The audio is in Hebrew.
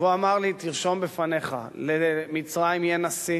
והוא אמר לי: תרשום בפניך, למצרים יהיה נשיא,